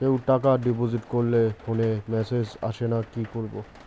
কেউ টাকা ডিপোজিট করলে ফোনে মেসেজ আসেনা কি করবো?